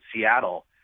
Seattle